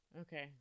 Okay